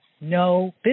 no